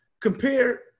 Compare